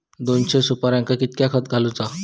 दोनशे सुपार्यांका कितक्या खत घालूचा?